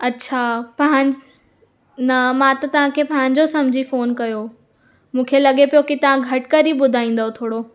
अछा तहांज न मां त तव्हांखे पंहिंजो समुझी करे फोन कयो मूंखे लॻे पियो की तव्हां घटि करे ॿुधाईंदव थोरो